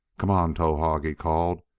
come on, towahg! he called.